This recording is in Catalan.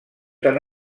tan